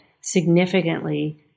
significantly